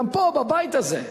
גם פה, בבית הזה,